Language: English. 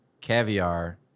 caviar